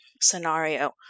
scenario